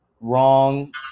wrong